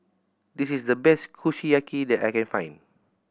this is the best Kushiyaki that I can find